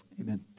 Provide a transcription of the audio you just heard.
Amen